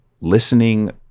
listening